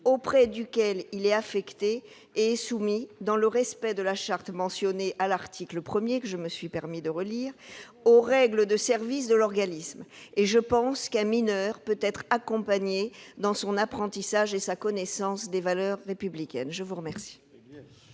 auprès duquel il est affecté et est soumis, dans le respect de la charte mentionnée à l'article 1, aux règles de service de l'organisme. » Je pense donc qu'un mineur peut être accompagné dans son apprentissage et sa connaissance des valeurs républicaines. Quel